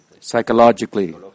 psychologically